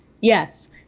yes